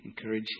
encourage